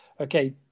Okay